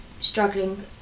struggling